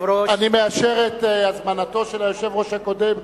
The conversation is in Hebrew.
אני מאשר את הזמנתו של היושב-ראש הקודם,